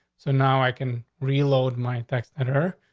so now i can reload my text editor.